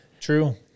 true